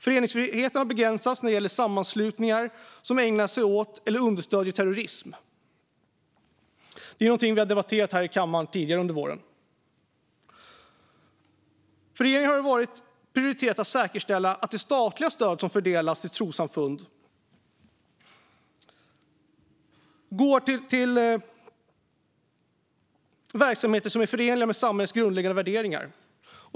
Föreningsfriheten har begränsats när det gäller sammanslutningar som ägnar sig åt eller understöder terrorism, vilket är något vi har debatterat här i kammaren tidigare under våren. För regeringen har det även varit prioriterat att säkerställa att de statliga stöd som fördelas till trossamfund går till verksamheter som är förenliga med samhällets grundläggande värderingar.